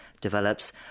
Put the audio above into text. develops